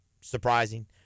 surprising